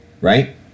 Right